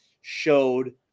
showed